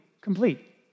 complete